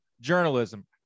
journalism